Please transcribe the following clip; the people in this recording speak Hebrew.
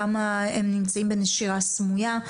כמה נמצאים בנשירה סמוייה.